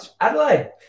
Adelaide